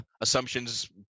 assumptions